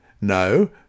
No